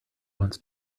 wants